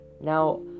now